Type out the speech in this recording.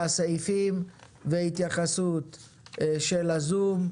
סעיפים והתייחסות של הנוכחים ב-זום,